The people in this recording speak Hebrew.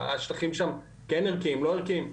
השטחים שם כן ערכיים לא ערכיים.